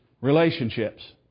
relationships